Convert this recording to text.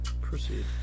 proceed